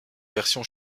version